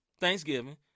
Thanksgiving